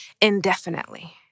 indefinitely